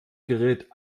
gerät